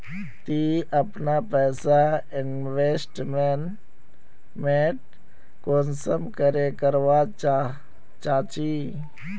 ती अपना पैसा इन्वेस्टमेंट कुंसम करे करवा चाँ चची?